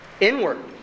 inward